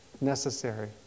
necessary